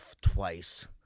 twice